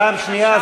פעם שנייה?